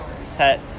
set